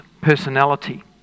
personality